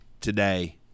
today